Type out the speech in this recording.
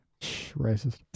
racist